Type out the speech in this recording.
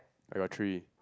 are three